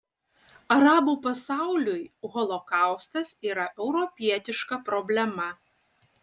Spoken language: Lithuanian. arabų pasauliui holokaustas yra europietiška problema